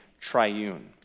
triune